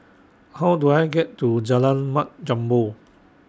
How Do I get to Jalan Mat Jambol